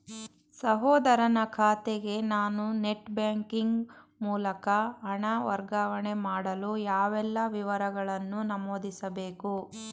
ಸಹೋದರನ ಖಾತೆಗೆ ನಾನು ನೆಟ್ ಬ್ಯಾಂಕಿನ ಮೂಲಕ ಹಣ ವರ್ಗಾವಣೆ ಮಾಡಲು ಯಾವೆಲ್ಲ ವಿವರಗಳನ್ನು ನಮೂದಿಸಬೇಕು?